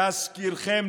להזכירכם,